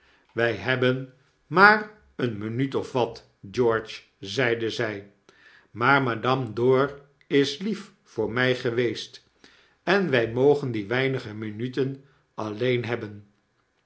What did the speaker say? wy hebben maar een minuut of wat george zeide zy maar madame dor is lief voor mij geweest en wij mogen die weinige minuten alleen hebben